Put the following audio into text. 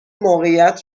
موقعیت